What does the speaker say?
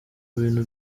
bintu